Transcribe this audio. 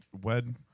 Wed